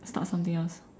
start something else